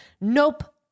nope